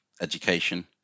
education